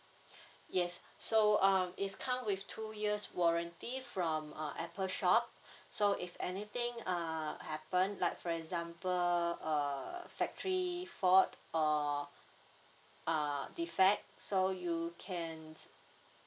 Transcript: yes so um it's come with two years warranty from uh apple shop so if anything uh happen like for example a factory fault or uh defect so you can